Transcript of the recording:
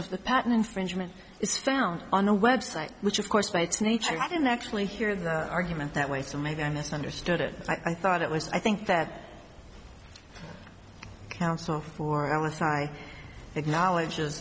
of the patent infringement is found on a website which of course by its nature i didn't actually hear the argument that way so maybe i misunderstood it i thought it was i think that counsel for alice i acknowledge